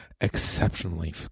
exceptionally